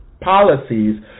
policies